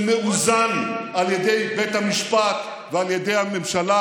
שמאוזן על ידי בית המשפט ועל ידי הממשלה.